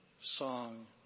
song